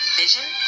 vision